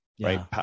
right